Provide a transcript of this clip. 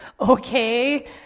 okay